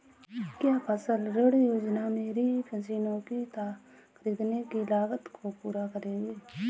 क्या फसल ऋण योजना मेरी मशीनों को ख़रीदने की लागत को पूरा करेगी?